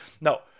No